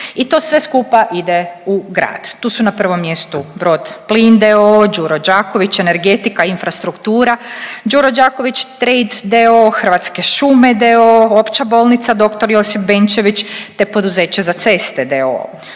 i to sve skupa ide u grad. Tu su na prvom mjestu Brod-Plin d.o.o., Đuro Đaković Energetika i infrastruktura, Đuro Đaković trade d.o.o., Hrvatske šume d.o.o., Opća bolnica dr. Josip Benčević te Poduzeće za ceste d.o.o.